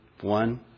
one